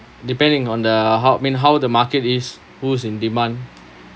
depending on the how I mean how the market is who's in demand